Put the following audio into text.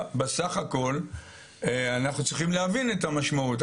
בסך הכול אנחנו צריכים להבין את המשמעות.